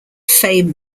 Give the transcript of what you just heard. fame